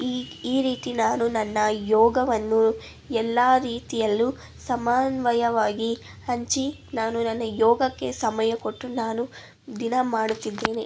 ಈ ಈ ರೀತಿ ನಾನು ನನ್ನ ಯೋಗವನ್ನು ಎಲ್ಲ ರೀತಿಯಲ್ಲೂ ಸಮನ್ವಯವಾಗಿ ಹಂಚಿ ನಾನು ನನ್ನ ಯೋಗಕ್ಕೆ ಸಮಯ ಕೊಟ್ಟು ನಾನು ದಿನಾ ಮಾಡುತ್ತಿದ್ದೇನೆ